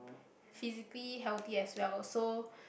physically healthy as well so